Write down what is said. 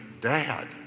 Dad